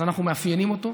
אז אנחנו מאפיינים אותו.